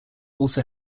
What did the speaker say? also